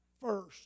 first